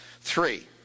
Three